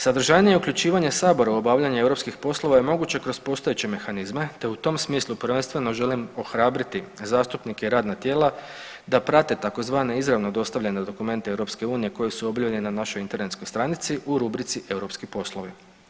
Sadržajnije uključivanje Sabora u obavljanje europskih poslova je moguće kroz postojeće mehanizme te u tom smislu prvenstveno želim ohrabriti zastupnike i radna tijela da prate tzv. izravno dostavljene dokumente Europske unije koji su objavljeni na našoj internetskoj stranici u rubrici europski poslovi.